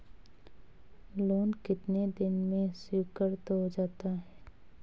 Loan कितने दिन में स्वीकृत हो जाता है?